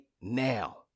now